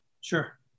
sure